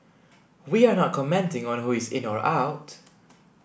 we are not commenting on who is in or out